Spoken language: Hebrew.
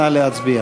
נא להצביע.